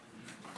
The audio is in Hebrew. אנא